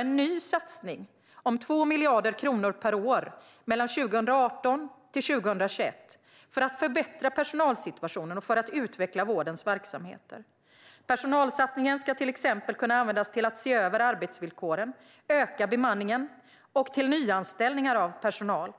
en ny satsning om 2 miljarder kronor per år 2018-2021 för att förbättra personalsituationen och för att utveckla vårdens verksamheter. Personalsatsningen ska till exempel kunna användas till att se över arbetsvillkoren, till att öka bemanningen och till nyanställningar av personal.